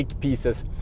pieces